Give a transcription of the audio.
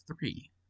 three